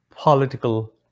political